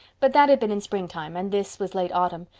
but that had been in springtime and this was late autumn,